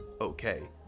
okay